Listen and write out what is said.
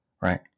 right